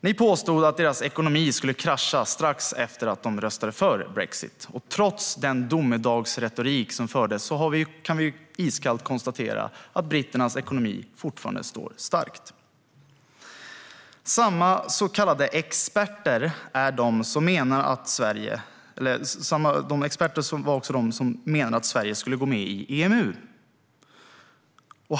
Ni påstod att deras ekonomi skulle krascha strax efter att de röstade för brexit, och trots den domedagsretorik som fördes kan vi iskallt konstatera att britternas ekonomi fortfarande står stark. Samma experter menade att Sverige skulle gå med i EMU.